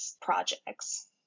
projects